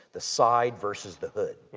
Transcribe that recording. the side versus the hood.